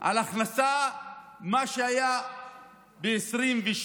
על הכנסה של מה שהיה ב-2022